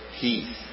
peace